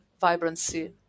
vibrancy